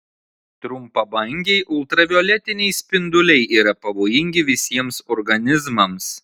trumpabangiai ultravioletiniai spinduliai yra pavojingi visiems organizmams